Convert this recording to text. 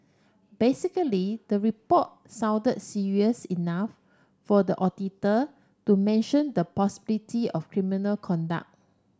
basically the report sounded serious enough for the auditor to mention the possibility of criminal conduct